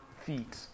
feet